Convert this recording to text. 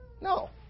No